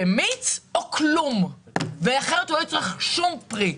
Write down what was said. או במיץ או כלום, אחרת הוא לא יצרוך שום פרי.